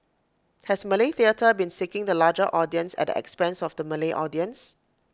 has Malay theatre been seeking the larger audience at the expense of the Malay audience